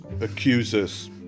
accusers